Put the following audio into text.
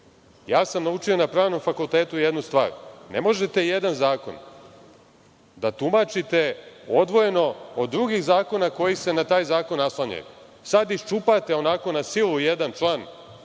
Ja sam naučio na Pravnom fakultetu jednu stvar – ne možete jedan zakon da tumačite odvojeno od drugih zakona koji se na taj zakon naslanjaju. Sad iščupate onako na silu jedan član